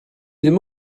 ddim